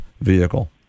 vehicle